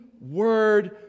word